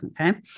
okay